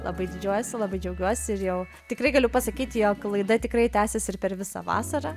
labai didžiuojasi labai džiaugiuosi ir jau tikrai galiu pasakyti jog laida tikrai tęsis ir per visą vasarą